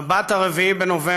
שבת, 4 בנובמבר